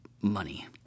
money